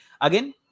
Again